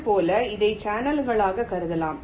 இதேபோல் இதை சேனல்களாக கருதலாம்